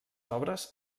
obres